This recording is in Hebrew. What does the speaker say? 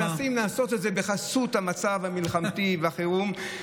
מנסים לעשות את זה בחסות המצב המלחמתי והחירום.